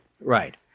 Right